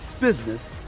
business